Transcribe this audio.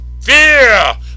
fear